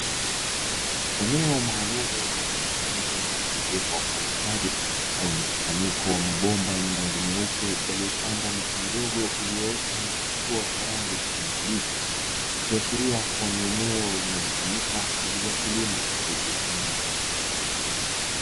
Kuwezekwa kwa ustadi na mikusanyiko ya mabomba yenye rangi nyeupe yaliyopandwa micha midogo iliyoota na kuchapua kwa rangi ya nini kiitiki. Ikioshiria kuwa ni eneo linalotumika kwa ajili ya kilimo cha hidroponi.